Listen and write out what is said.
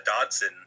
Dodson